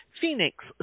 Phoenix